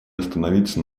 остановиться